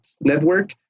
network